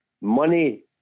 money